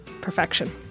Perfection